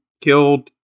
killed